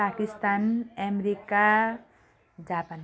Pakistan America Japan